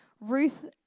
Ruth